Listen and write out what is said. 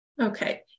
Okay